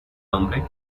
hombre